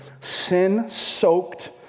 sin-soaked